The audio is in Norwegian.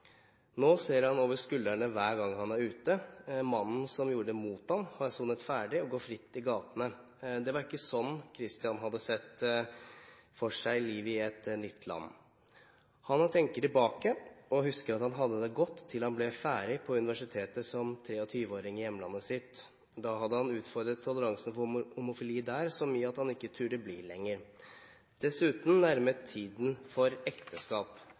Nå ser han seg over skulderen hver gang han er ute. Mannen som gjorde det mot ham, har sonet ferdig og går fritt i gatene. Det var ikke slik Kristian hadde sett for seg livet i et nytt land. Han tenker tilbake og husker at han hadde det godt til han ble ferdig på universitetet som 23-åring i hjemlandet sitt. Da hadde han utfordret toleransen for homofili der så mye at han ikke torde bli lenger. Dessuten nærmet tiden for ekteskap